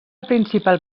principal